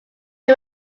win